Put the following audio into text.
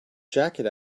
jacket